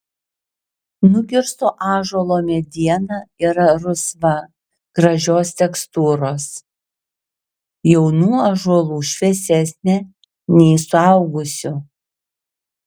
nukirsto ąžuolo mediena yra rusva gražios tekstūros jaunų ąžuolų šviesesnė nei suaugusių